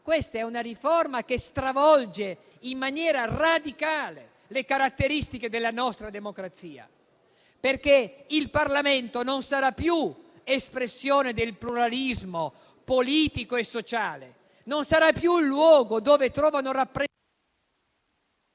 ma di una riforma che stravolge in maniera radicale le caratteristiche della nostra democrazia perché il Parlamento non sarà più espressione del pluralismo politico e sociale, non sarà più un luogo dove trovano...